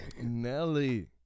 Nelly